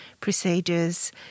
procedures